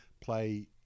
play